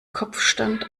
kopfstand